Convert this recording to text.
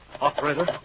Operator